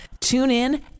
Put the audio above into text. TuneIn